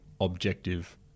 objective